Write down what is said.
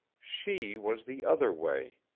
she was the other way!